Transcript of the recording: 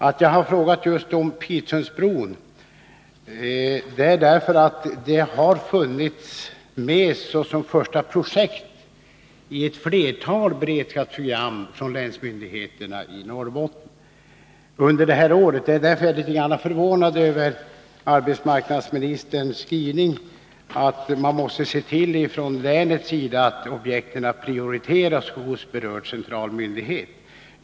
Att jag har frågat just om Pitsundsbron beror på att det projektet har funnits med som första projekt i ett flertal beredskapsprogram från länsmyndigheterna i Norrbotten under detta år. Därför är jag litet förvånad över arbetsmarknadsministerns skrivning att man från länets sida måste se till att objekten prioriteras hos berörd central myndighet.